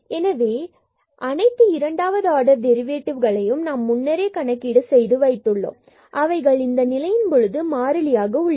எனவே அனைத்து இரண்டாவது ஆர்டர் டெரிவேட்டிவ் களையும் நாம் முன்னரே கணக்கீடு செய்து வைத்துள்ளோம் மற்றும் அவைகள் இந்த நிலையின் பொழுது மாறிலியாக உள்ளது